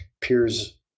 peers